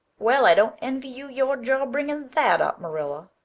well, i don't envy you your job bringing that up, marilla,